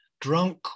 drunk